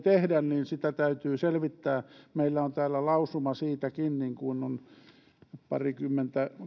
tehdä täytyy selvittää meillä on täällä lausuma siitäkin niin kuin on parikymmentä